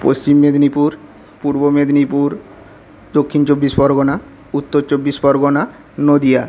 Paschim Medinipur Purba Medinipur Dakshin Chabbis Pargana Uttar Chabbis Pargana Nadia